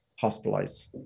hospitalized